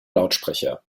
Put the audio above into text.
lautsprecher